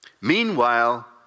Meanwhile